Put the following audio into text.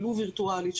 ולו וירטואלית,